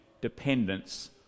dependence